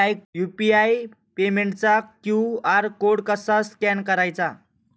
UPI पेमेंटचा QR code कसा स्कॅन करायचा?